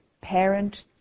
parent